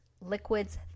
liquids